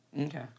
Okay